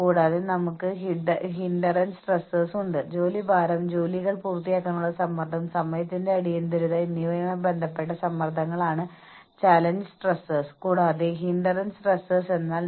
കൂടാതെ ടീമുകൾക്കിടയിൽ മത്സരം ഉണ്ടാകാം ന്യായമായതോ അന്യായമോ ആയ മാർഗങ്ങളിലൂടെ ഒരു ടീം മറ്റൊന്നിനെ മറികടക്കാൻ ശ്രമിച്ചേക്കാം